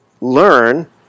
learn